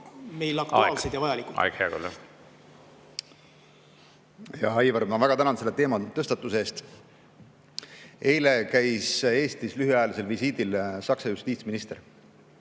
meil aktuaalsed ja vajalikud. Aeg, hea kolleeg! Hea Aivar, ma väga tänan selle teema tõstatuse eest! Eile käis Eestis lühiajalisel visiidil Saksa justiitsminister.